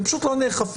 הם פשוט לא נאכפים.